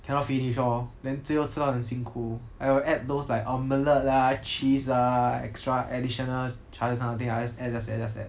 cannot finish lor then 最后吃到很辛苦 I will add those like omelette lah cheese ah extra additional charges these kind of thing ah I will just add just add just add